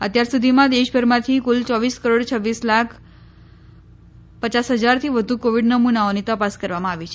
અત્યાર સુધીમાં દેશભરમાંથી કુલ ચોવીસ કરોડ છવ્વીસ લાખ પચાસ હજારથી વધુ કોવિડ નમુનાઓની તપાસ કરવામાં આવી છે